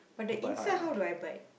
but the inside how do I bite